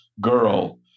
girl